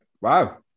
wow